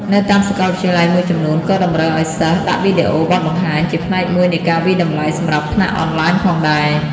នៅតាមសកលវិទ្យាល៏យមួយចំនួនក៏តម្រូវឱ្យសិស្សដាក់វីដេអូបទបង្ហាញជាផ្នែកមួយនៃការវាយតម្លៃសម្រាប់ថ្នាក់អនឡាញផងដែរ។